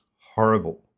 horrible